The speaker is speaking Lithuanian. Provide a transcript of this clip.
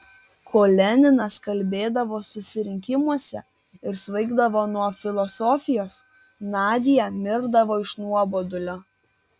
kol leninas kalbėdavo susirinkimuose ir svaigdavo nuo filosofijos nadia mirdavo iš nuobodulio